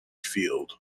field